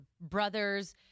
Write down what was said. brothers